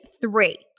three